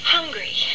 Hungry